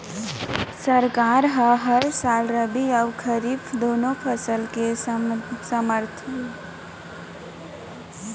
सरकार ह हर साल रबि अउ खरीफ दूनो फसल के समरथन भाव तय करथे